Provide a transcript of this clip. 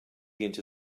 into